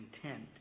content